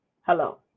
Hello